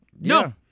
no